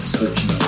searching